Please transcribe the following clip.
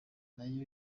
nayo